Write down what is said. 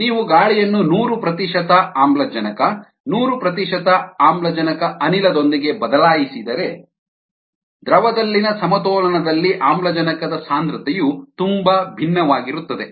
ನೀವು ಗಾಳಿಯನ್ನು ನೂರು ಪ್ರತಿಶತ ಆಮ್ಲಜನಕ ನೂರು ಪ್ರತಿಶತ ಆಮ್ಲಜನಕ ಅನಿಲದೊಂದಿಗೆ ಬದಲಾಯಿಸಿದರೆ ದ್ರವದಲ್ಲಿನ ಸಮತೋಲನದಲ್ಲಿ ಆಮ್ಲಜನಕದ ಸಾಂದ್ರತೆಯು ತುಂಬಾ ಭಿನ್ನವಾಗಿರುತ್ತದೆ